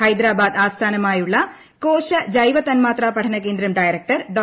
ഹൈദരാബാദ് ആസ്ഥാനമായുള്ള കോശ ജൈവതന്മാത്രാ പഠനകേന്ദ്രം ഡയറക്ടർ ഡോ